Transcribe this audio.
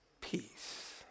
peace